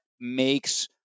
makes